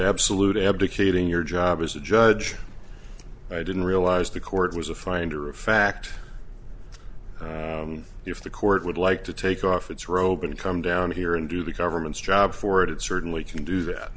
absolute abdicating your job as a judge i didn't realize the court was a finder of fact if the court would like to take off its robe and come down here and do the government's job for it it certainly can do that